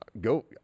go